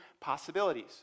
possibilities